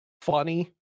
funny